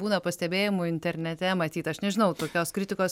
būna pastebėjimų internete matyt aš nežinau tokios kritikos